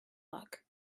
luck